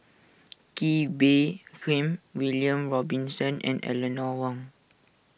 Kee Bee Khim William Robinson and Eleanor Wong